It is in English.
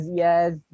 yes